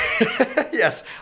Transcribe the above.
yes